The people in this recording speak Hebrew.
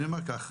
אני אומר כך.